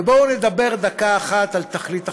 ובואו נדבר דקה אחת על תכלית החקיקה: